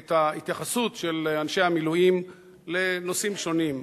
את ההתייחסות של אנשי המילואים לנושאים שונים.